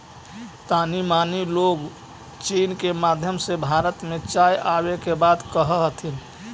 तानी मनी लोग चीन के माध्यम से भारत में चाय आबे के बात कह हथिन